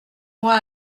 moi